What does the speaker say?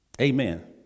Amen